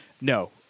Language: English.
No